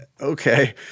okay